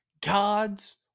God's